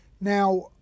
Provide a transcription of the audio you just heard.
Now